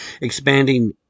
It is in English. Expanding